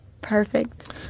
perfect